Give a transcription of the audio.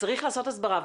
צריך לעשות הסברה.